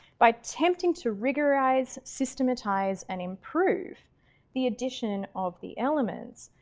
by attempting to rigorise, systematise and improve the addition of the elements,